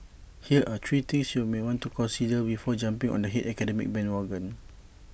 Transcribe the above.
here are three things you may want to consider before jumping on the hate academic bandwagon